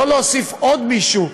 לא להוסיף עוד מישהו.